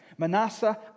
Manasseh